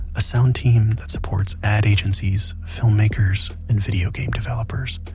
a sound team that supports ad agencies, filmmakers, and video game developers.